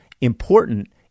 important